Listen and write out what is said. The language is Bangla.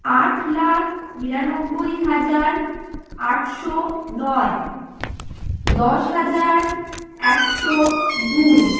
আট লাখ বিরানব্বই হাজার আটশো নয় দশ হাজার একশো দুই